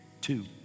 Two